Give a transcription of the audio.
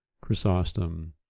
Chrysostom